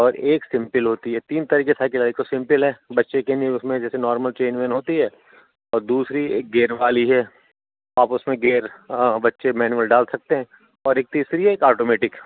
اور ایک سمپل ہوتی ہے تین طریقے کی سائکل آئی ایک تو سمپل ہے بچے کے لیے اس میں جیسے نارمل چین وین ہوتی ہے اور دوسری ایک گیئر والی ہے آپ اس میں گیئر بچے مینول ڈال سکتے ہیں اور ایک تیسری ہے ایک آٹومیٹک